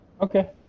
Okay